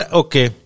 okay